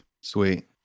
Sweet